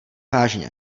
vážně